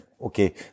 Okay